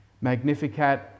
Magnificat